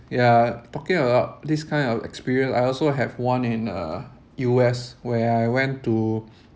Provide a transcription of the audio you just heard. ya talking about this kind of experience I also have one in uh U_S where I went to